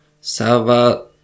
Sava